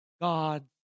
God